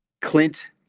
clint